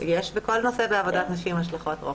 יש בכל נושא בעבודת נשים השלכות רוחב.